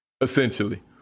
Essentially